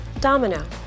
Domino